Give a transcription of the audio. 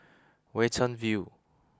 Watten View